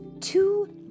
two